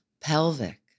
pelvic